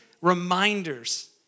reminders